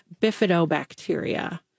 bifidobacteria